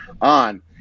on